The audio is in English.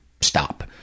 stop